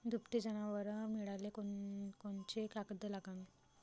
दुभते जनावरं मिळाले कोनकोनचे कागद लागन?